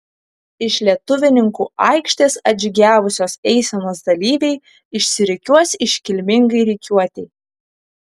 iš lietuvininkų aikštės atžygiavusios eisenos dalyviai išsirikiuos iškilmingai rikiuotei